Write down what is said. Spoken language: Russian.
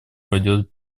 пройдет